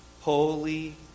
holy